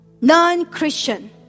non-Christian